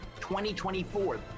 2024